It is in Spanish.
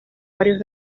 varios